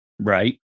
Right